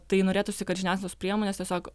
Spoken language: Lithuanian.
tai norėtųsi kad žiniasklaidos priemonės tiesiog